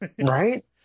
Right